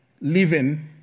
living